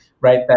right